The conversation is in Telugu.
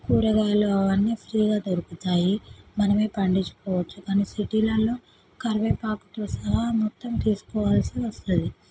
కూరగాయలు అవన్నీ ఫ్రీగా దొరుకుతాయి మనమే పండించుకోవచ్చు కానీ సిటీలల్లో కరివేపాకుతో సహా మొత్తం తీసుకోవలసి వస్తుంది